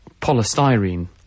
polystyrene